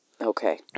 Okay